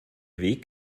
weg